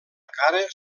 cara